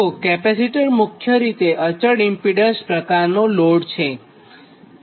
તો કેપેસિટર મુખ્ય રીતે અચળ ઇમ્પીડન્સ પ્રકારનો લોડ છે